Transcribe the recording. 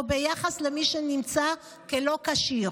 או ביחס למי שנמצא כלא כשיר